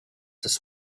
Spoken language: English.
this